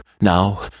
now